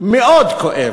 מאוד כואב,